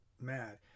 mad